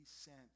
sent